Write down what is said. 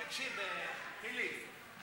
תקשיב, חיליק.